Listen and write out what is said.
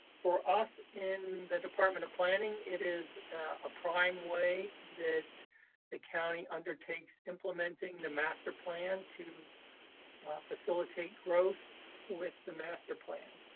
for us, in the department of planning, it is a prime way that the county undertakes implementing the master plan to facilitate growth with the master plan.